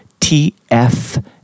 TF